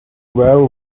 well